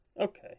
Okay